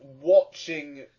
watching